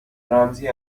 رمزی